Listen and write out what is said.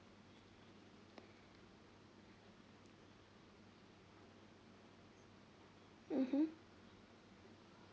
mmhmm